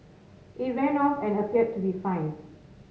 it ran off and appeared to be fine